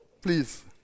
Please